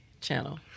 Channel